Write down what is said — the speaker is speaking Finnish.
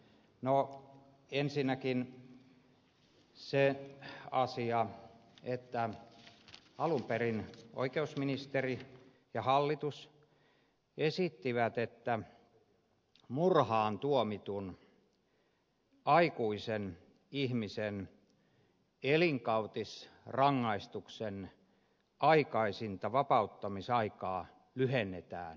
ensinnäkin se asia että alun perin oikeusministeri ja hallitus esittivät että murhaan tuomitun aikuisen ihmisen elinkautisrangaistuksen aikaisinta vapauttamisaikaa lyhennetään vuodella